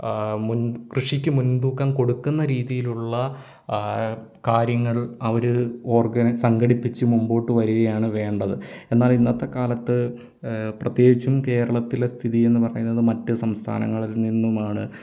മുൻ കൃഷിക്ക് മുൻതൂക്കം കൊടുക്കുന്ന രീതിയിലുള്ള കാര്യങ്ങൾ അവർ ഓർഗൻ സംഘടിപ്പിച്ചു മുൻപോട്ട് വരികയാണ് വേണ്ടത് എന്നാൽ ഇന്നത്തെ കാലത്ത് പ്രത്യേകിച്ചും കേരളത്തിലെ സ്ഥിതി എന്ന് പറയുന്നത് മറ്റ് സംസ്ഥാനങ്ങളിൽ നിന്നുമാണ്